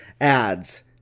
ads